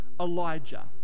Elijah